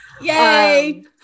Yay